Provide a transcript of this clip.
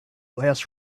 last